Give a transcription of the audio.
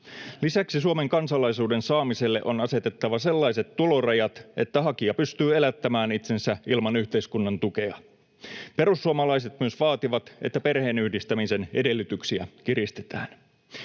Lisäksi Suomen kansalaisuuden saamiselle on asetettava sellaiset tulorajat, että hakija pystyy elättämään itsensä ilman yhteiskunnan tukea. Perussuomalaiset myös vaativat, että perheenyhdistämisen edellytyksiä kiristetään.